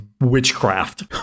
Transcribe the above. witchcraft